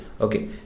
Okay